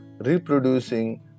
reproducing